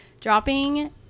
dropping